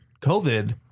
covid